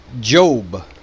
Job